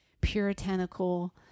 puritanical